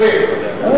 ואין פוצה פה ומצפצף.